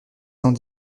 cent